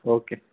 okay